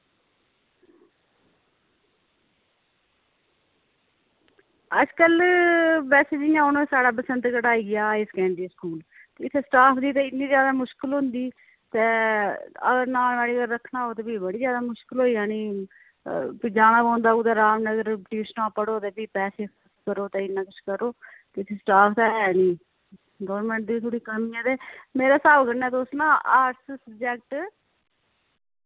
अजकल बैसे जियांहुन साढ़ा बसंतगढ़ आइया हायर सैकंडरी स्कूल इत्थै स्टाफ दी इन्नी जैदा मुस्किल होंदी ते नानमैडीकल रक्खना होग ते फ्ही बड़ी जैदा मुश्किल होई जानी फ्ही जाना पौना रामनगर ते फ्ही ट्यूशनां पढ़ो पैसे करो ते इन्ना कुछ करो स्टाफ ते ऐ नी गौरमैंट दी बी कमी ऐ मेरे स्हाब कन्नै तुस ना आर्टस सब्जैक्ट